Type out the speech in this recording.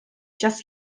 just